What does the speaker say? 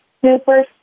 super